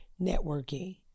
networking